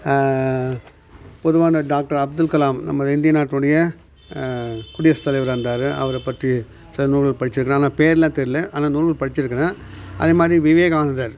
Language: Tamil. பொதுவான டாக்டர் அப்துல்கலாம் நமது இந்திய நாட்டினுடைய குடியரசுத் தலைவராக இருந்தார் அவரை பற்றி சில நூல்கள் படிச்சிருக்கிறேன் ஆனால் பேர்லாம் தெரியல ஆனால் நூல்கள் படிச்சிருக்கிறேன் அதேமாதிரி விவேகானந்தர்